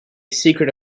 secret